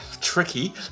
tricky